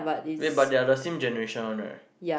wait but they are the same generation one right